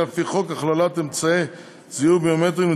לפי חוק הכללת אמצעי זיהוי ביומטריים,